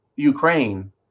Ukraine